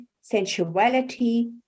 sensuality